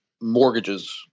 mortgages